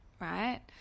right